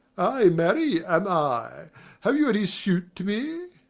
ay, marry, am i have you any suit to me?